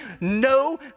no